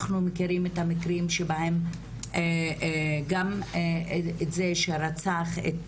אנחנו מכירים את המקרים שבהם גם זה שרצח את